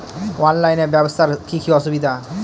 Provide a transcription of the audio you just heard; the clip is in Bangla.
অনলাইনে ব্যবসার কি কি অসুবিধা?